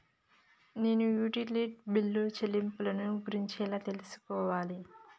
నేను utility bill చెల్లింపులను గురించి ఎలా తెలుసుకోవాలి?